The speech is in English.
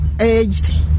aged